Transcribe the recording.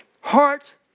heart